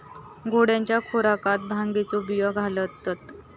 घोड्यांच्या खुराकात भांगेचे बियो घालतत